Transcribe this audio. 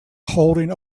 holding